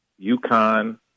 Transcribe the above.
UConn